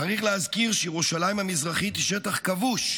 צריך להזכיר שירושלים המזרחית היא שטח כבוש,